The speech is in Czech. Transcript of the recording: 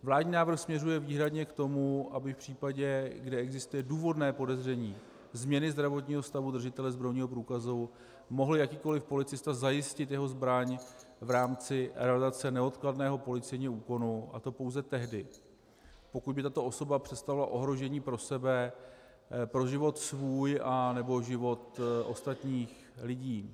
Vládní návrh směřuje výhradně k tomu, aby v případě, kdy existuje důvodné podezření změny zdravotního stavu držitele zbrojního průkazu, mohl jakýkoli policista zajistit jeho zbraň v rámci realizace neodkladného policejního úkonu, a to pouze tehdy, pokud by tato osoba představovala ohrožení pro sebe, pro život svůj nebo život ostatních lidí.